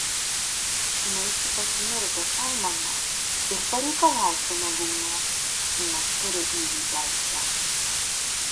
nueisiu pas mirzą salmaną ir pareikalausiu malūno nes turiu į jį teisę